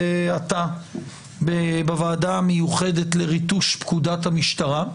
עתה בוועדה המיוחדת לריטוש פקודת המשטרה.